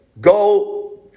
go